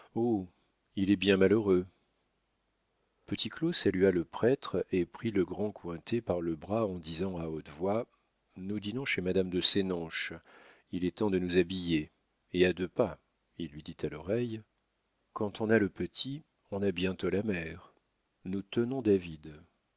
il est bien malheureux petit claud salua le prêtre et prit le grand cointet par le bras en disant à haute voix nous dînons chez madame de sénonches il est temps de nous habiller et à deux pas il lui dit à l'oreille quand on a le petit on a bientôt la mère nous tenons david